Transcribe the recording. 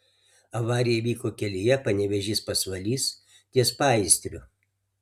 avarija įvyko kelyje panevėžys pasvalys ties paįstriu